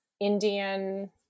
Indian